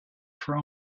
for